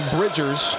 Bridgers